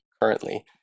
currently